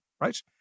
right